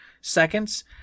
seconds